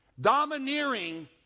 Domineering